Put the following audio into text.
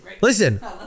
listen